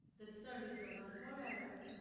the service goes on forever.